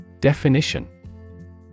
Definition